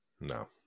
no